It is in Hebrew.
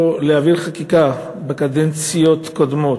להעביר פה חקיקה בקדנציות קודמות.